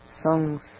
songs